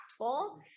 impactful